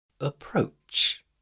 approach